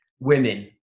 women